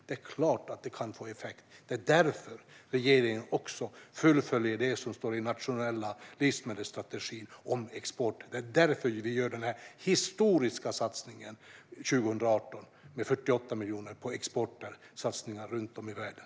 Det är klart att det kan få effekt. Det är därför regeringen fullföljer det som står i den nationella livsmedelsstrategin om export. Det är också därför vi gör den här historiska satsningen 2018 med 48 miljoner på exportsatsningar runt om i världen.